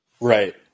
Right